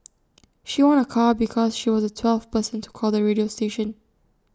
she won A car because she was the twelfth person to call the radio station